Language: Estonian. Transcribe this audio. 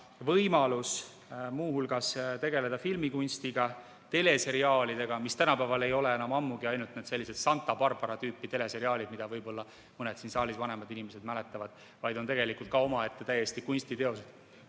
võimalus muu hulgas tegeleda filmikunstiga, teleseriaalidega, mis tänapäeval ei ole enam ammugi ainult sellised "Santa Barbara" tüüpi seriaalid, mida võib-olla mõned vanemad inimesed siin saalis mäletavad, vaid on tegelikult omaette kunstiteoseid.